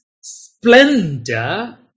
splendor